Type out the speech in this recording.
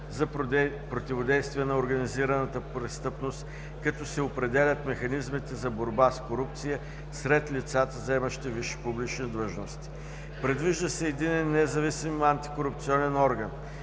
за противодействие на организираната престъпност, като се определят механизмите за борба с корупцията сред лицата, заемащи висши публични длъжности. Предвижда се единен независим антикорупционен орган